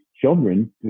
children